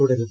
തുടരുന്നു